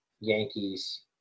Yankees